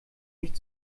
nicht